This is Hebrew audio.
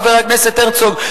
חבר הכנסת הרצוג,